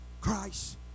Christ